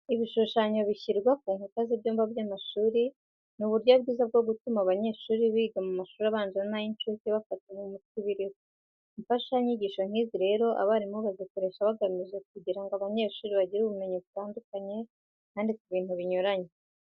Ibishushanyo bishyirwa ku nkuta z'ibyumba by'amashuri ni uburyo bwiza bwo gutuma abanyeshuri biga mu mashuri abanza n'ay'incuke bafata mu mutwe ibiriho. Imfashanyigisho nk'izi rero abarimu bazikoresha bagamije kugira ngo abanyeshuri bagire ubumenyi butandukanye kandi ku bintu binyuranye.